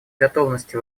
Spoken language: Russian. готовности